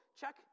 Check